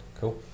cool